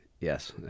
Yes